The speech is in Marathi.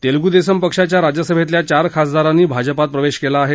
तेलगू देसम पक्षाच्या राज्यसभेतल्या चार खासदारांनी भाजपात प्रवेश केला आहे